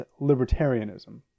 libertarianism